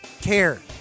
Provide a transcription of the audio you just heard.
care